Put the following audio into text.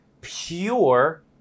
pure